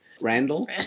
Randall